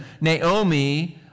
Naomi